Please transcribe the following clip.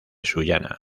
sullana